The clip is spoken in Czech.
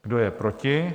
Kdo je proti?